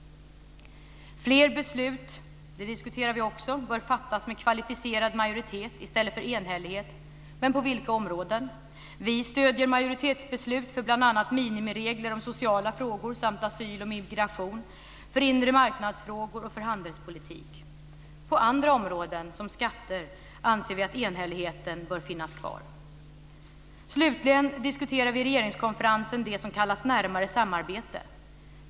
Fler beslut bör fattas med kvalificerad majoritet i stället för enhällighet - men på vilka områden? Det diskuterar vi också. Vi stöder majoritetsbeslut för bl.a. minimiregler om sociala frågor samt asyl och migration, för inremarknadsfrågor och för handelspolitik. På andra områden, som skatter, anser vi att enhälligheten bör finnas kvar. Slutligen diskuterar vi i regeringskonferensen det som kallas närmare samarbete.